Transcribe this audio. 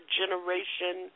generation